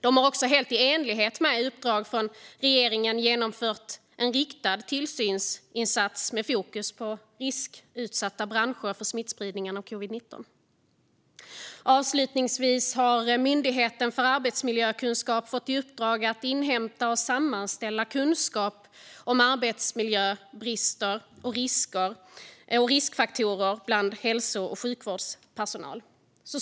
De har också, helt i enlighet med sitt uppdrag från regeringen, genomfört en riktad tillsynsinsats med fokus på branscher som är utsatta för risk för smittspridning av covid-19. Avslutningsvis har Myndigheten för arbetsmiljökunskap fått i uppdrag att inhämta och sammanställa kunskap om arbetsmiljörisker och riskfaktorer bland hälso och sjukvårdspersonal.